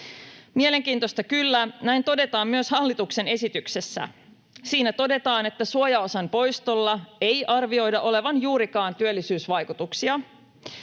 Mielenkiintoista kyllä, näin todetaan myös hallituksen esityksessä. Siinä todetaan, että suojaosan poistolla ei arvioida olevan juurikaan työllisyysvaikutuksia.